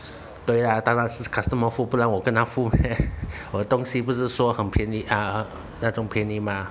对啦当然是 customer 付不然我跟他付咩我的东西不是说很便宜那种便宜嘛